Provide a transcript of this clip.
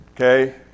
Okay